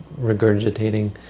regurgitating